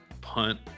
punt